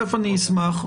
אני אשמח.